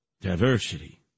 Diversity